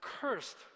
cursed